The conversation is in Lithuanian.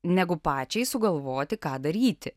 negu pačiai sugalvoti ką daryti